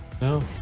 No